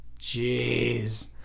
Jeez